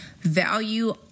value